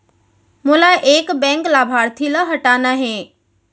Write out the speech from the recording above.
मोला एक बैंक लाभार्थी ल हटाना हे?